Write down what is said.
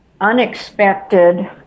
unexpected